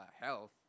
health